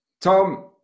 Tom